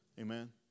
Amen